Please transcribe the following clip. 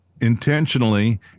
Intentionally